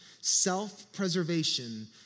self-preservation